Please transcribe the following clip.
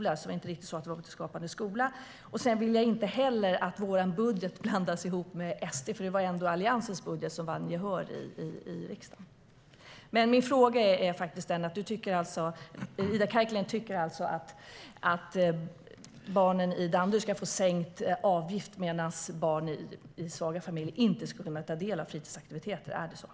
Det är alltså inte riktigt att de var för Skapande skola. Ida Karkiainen tycker alltså att barnen i Danderyd ska få sänkt avgift medan barn i svaga familjer inte ska kunna ta del av fritidsaktiviteter. Är det så?